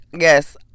yes